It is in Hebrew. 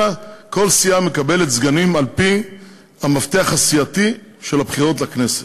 אלא כל סיעה מקבלת סגנים על-פי המפתח הסיעתי של הבחירות לכנסת,